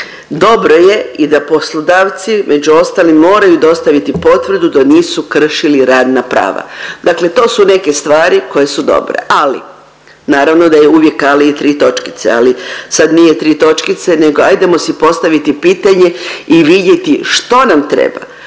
Dobro je i da poslodavci među ostalim moraju dostaviti potvrdu da nisu kršili radna prava. Dakle, to su neke stvari koje su dobre, ali naravno da je uvijek ali i tri točkice, ali sad nije tri točkice nego ajdemo si postaviti pitanje i vidjeti što nam treba,